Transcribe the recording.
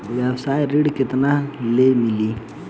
व्यवसाय ऋण केतना ले मिली?